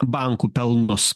bankų pelnus